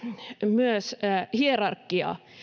myös hierarkiaa